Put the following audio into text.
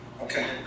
okay